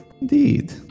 Indeed